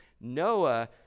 Noah